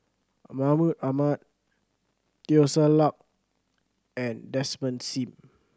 Mahmud Ahmad Teo Ser Luck and Desmond Sim